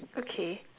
okay